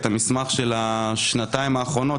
את המסמך של השנתיים האחרונות,